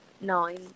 nine